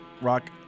rock